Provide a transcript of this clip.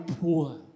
poor